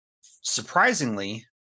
Surprisingly